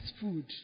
food